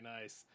nice